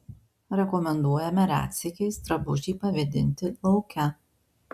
rekomenduojame retsykiais drabužį pavėdinti lauke